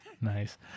Nice